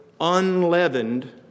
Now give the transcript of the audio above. unleavened